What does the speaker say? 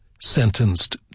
sentenced